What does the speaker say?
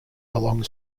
along